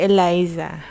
Eliza